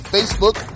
Facebook